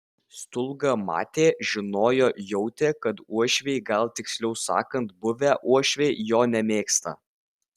stulga matė žinojo jautė kad uošviai gal tiksliau sakant buvę uošviai jo nemėgsta